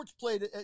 played